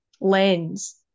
lens